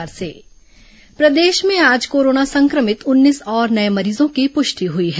corona मरीज प्रदेश में आज कोरोना संक्रभित उन्नीस और नए मरीजों की पुष्टि हुई है